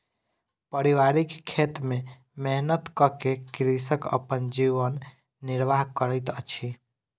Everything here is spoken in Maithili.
पारिवारिक खेत में मेहनत कअ के कृषक अपन जीवन निर्वाह करैत अछि